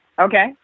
Okay